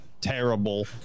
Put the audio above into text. terrible